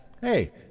Hey